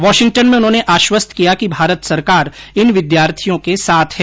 Washington में उन्होंने आश्वस्त किया कि भारत सरकार इन विद्यार्थियों के साथ है